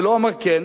ולא אמר "כן",